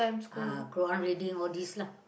uh Quran reading all these lah